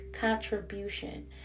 contribution